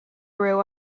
raibh